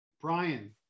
Brian